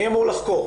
מי אמור לחקור?